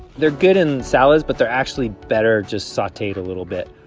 they're good in salads, but they're actually better just sauteed a little bit.